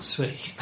Sweet